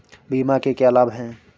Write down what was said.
बीमा के क्या लाभ हैं?